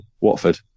Watford